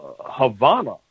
Havana